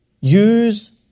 Use